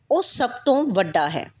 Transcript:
ਉਹ ਸਭ ਤੋਂ ਵੱਡਾ ਹੈ